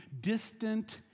distant